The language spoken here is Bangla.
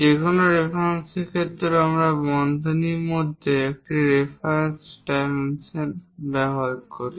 যেকোনো রেফারেন্সের ক্ষেত্রে আমরা বন্ধনীর মধ্যে একটি রেফারেন্স ডাইমেনশন ব্যবহার করি